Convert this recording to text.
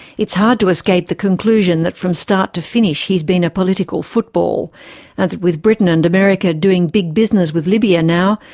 it's hard to escape the conclusion that from start to finish he's been a political football, and that with britain and america doing big business with libya now,